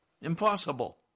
Impossible